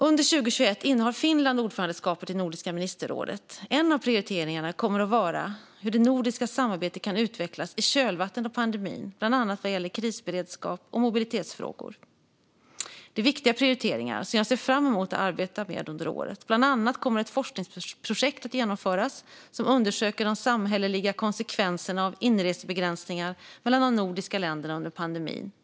Under 2021 innehar Finland ordförandeskapet i Nordiska ministerrådet. En av prioriteringarna kommer att vara hur det nordiska samarbetet kan utvecklas i kölvattnet av pandemin, bland annat vad gäller krisberedskap och mobilitetsfrågor. Det är viktiga prioriteringar, som jag ser fram emot att arbeta med under året. Bland annat kommer ett forskningsprojekt att genomföras som undersöker de samhälleliga konsekvenserna av inresebegränsningar mellan de nordiska länderna under pandemin.